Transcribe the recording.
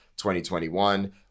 2021